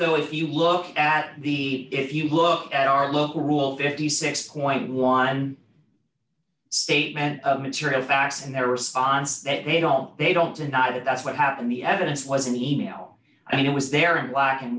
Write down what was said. though if you look at the if you look at our local rule fifty six dollars statement of material facts in their response that they don't they don't deny that that's what happened the evidence wasn't even out and it was there in black and